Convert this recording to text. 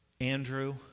Andrew